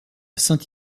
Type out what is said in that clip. saint